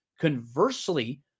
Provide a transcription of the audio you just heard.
Conversely